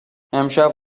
امشب